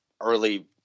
early